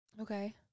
Okay